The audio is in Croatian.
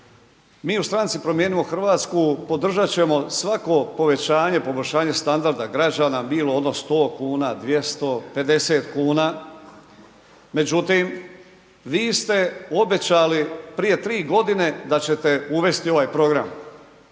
Mi u stranci Promijenimo Hrvatsku podržat ćemo svako povećanje, poboljšanje standarda građana, bilo ono 100,00 kn, 200, 50,00 kn. Međutim, vi ste obećali prije 3.g. da ćete uvesti ovaj program.